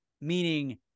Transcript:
Meaning